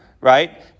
right